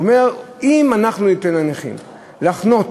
הוא אומר: אם אנחנו ניתן לנכים לחנות